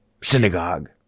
...synagogue